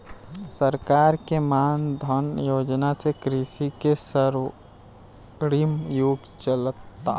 सरकार के मान धन योजना से कृषि के स्वर्णिम युग चलता